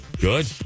good